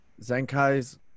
Zenkai's